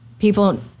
People